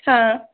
हाँ